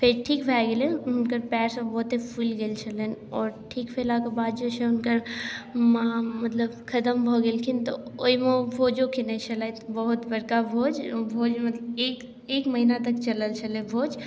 फेर ठीक भए गेलै हुनकर पयर सब बहुते फूलि गेल छलनि आओर ठीक भेलाके बाद जे छै हुनकर माँ मतलब खतम भऽ गेलखिन तऽ ओइमे ओ भोजो केने छलथि बहुत बड़का भोज भोज मतलब की एक महीना तक चलल छलै भोज